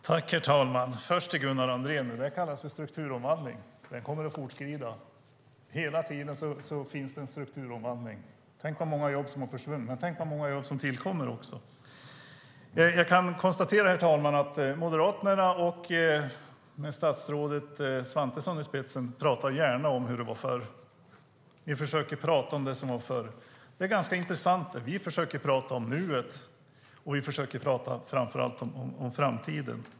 Herr talman! Först vill jag säga till Gunnar Andrén att det där kallas strukturomvandling. Den kommer att fortskrida. Hela tiden sker en strukturomvandling. Tänk vad många jobb som har försvunnit, men tänk vad många jobb som tillkommer också! Jag kan konstatera, herr talman, att Moderaterna med statsrådet Svantesson i spetsen gärna talar om hur det var förr. Ni försöker tala om det som var förr, och det är ganska intressant. Vi försöker nämligen tala om nuet, och vi försöker framför allt tala om framtiden.